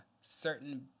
certain